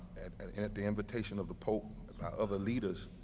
and and at the invitation of the pope about other leaders,